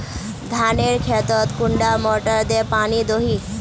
धानेर खेतोत कुंडा मोटर दे पानी दोही?